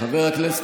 את